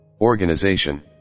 Organization